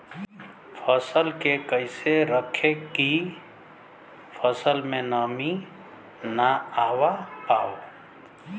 फसल के कैसे रखे की फसल में नमी ना आवा पाव?